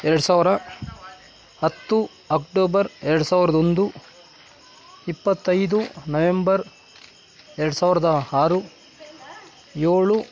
ಎರಡು ಸಾವಿರ ಹತ್ತು ಅಕ್ಟೋಬರ್ ಎರಡು ಸಾವಿರದೊಂದು ಇಪ್ಪತ್ತೈದು ನವೆಂಬರ್ ಎರಡು ಸಾವಿರದ ಆರು ಏಳು